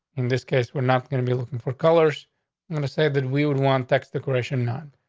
in this case, we're not gonna be looking for colors going to say that we would want x decoration on.